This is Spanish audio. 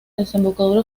desembocadura